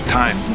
time